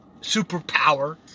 superpower